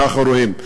מאחוריהם.